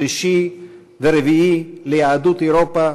שלישי ורביעי ליהדות אירופה,